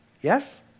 Yes